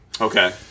Okay